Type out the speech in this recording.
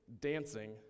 dancing